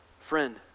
Friend